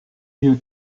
you